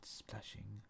splashing